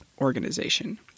organization